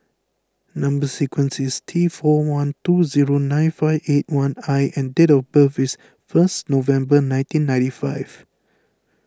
Number Sequence is T four one two zero nine five eight I and date of birth is first November nineteen ninety five